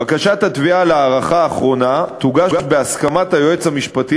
בקשת התביעה להארכה אחרונה תוגש בהסכמת היועץ המשפטי